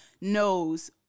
knows